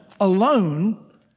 alone